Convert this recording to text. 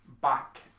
back